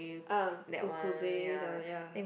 ah that one ya